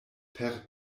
per